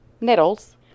Nettles